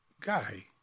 guy